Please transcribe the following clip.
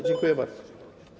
Dziękuję bardzo.